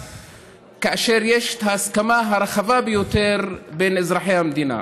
כאשר יש את ההסכמה הרחבה ביותר בין אזרחי המדינה.